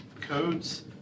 codes